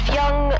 young